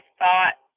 thought